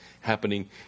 happening